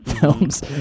films